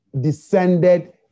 descended